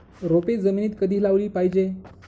रोपे जमिनीत कधी लावली पाहिजे?